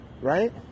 right